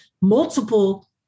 multiple